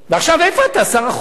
ואיפה אתה עכשיו, שר החוץ?